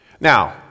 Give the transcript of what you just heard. Now